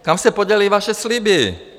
Kam se poděly vaše sliby?